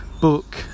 book